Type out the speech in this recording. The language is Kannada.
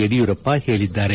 ಯಡಿಯೂರಪ್ಪ ಹೇಳಿದ್ದಾರೆ